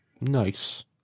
Nice